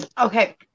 Okay